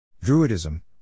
Druidism